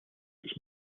its